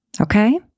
Okay